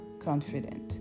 Confident